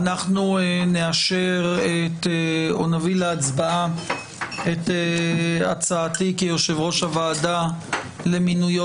אנחנו נביא להצבעה את הצעתי כיושב-ראש הוועדה למיניו